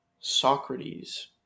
Socrates